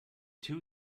two